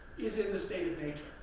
is in a state of nature.